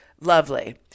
lovely